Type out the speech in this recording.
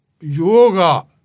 Yoga